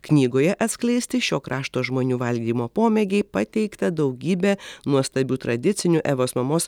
knygoje atskleisti šio krašto žmonių valgymo pomėgiai pateikta daugybė nuostabių tradicinių evos mamos